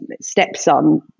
stepson